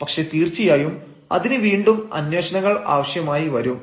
പക്ഷേ തീർച്ചയായും അതിന് വീണ്ടും അന്വേഷണങ്ങൾ ആവശ്യമായി വരും